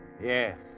Yes